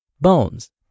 bones